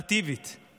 האולטימטיבית